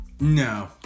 No